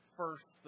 first